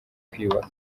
kwiyubaka